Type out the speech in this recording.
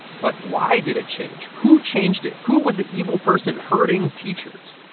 but why did it change? who changed it? who was the evil person hurting teachers?